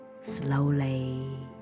slowly